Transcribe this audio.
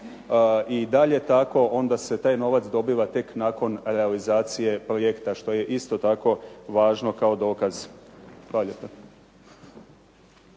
i dalje tako onda se taj novac dobiva tek nakon realizacije projekta što je isto tako važno kao dokaz. Hvala